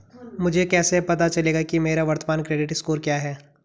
मुझे कैसे पता चलेगा कि मेरा वर्तमान क्रेडिट स्कोर क्या है?